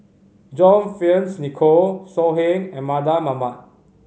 John Fearns Nicoll So Heng and Mardan Mamat